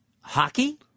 Hockey